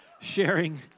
sharing